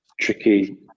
tricky